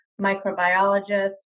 microbiologists